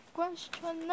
Question